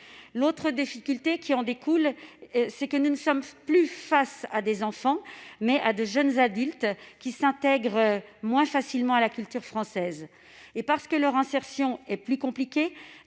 L'autre difficulté, c'est que nous sommes face non plus à des enfants, mais à de jeunes adultes, qui s'intègrent moins facilement à la culture française. Parce que leur insertion est plus compliquée,